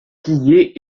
pillée